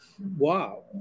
Wow